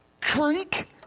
creak